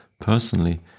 personally